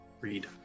read